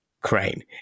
Crane